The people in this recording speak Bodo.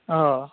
अ